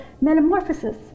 metamorphosis